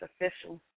official